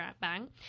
Bang